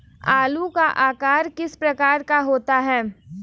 आलू का आकार किस प्रकार का होता है?